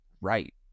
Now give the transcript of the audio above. right